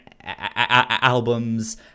albums